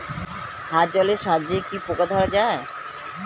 হাত জলের সাহায্যে কি পোকা ধরা যায়?